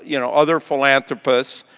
you know other philanthropists,